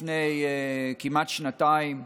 לפני כמעט שנתיים,